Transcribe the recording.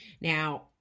Now